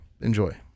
enjoy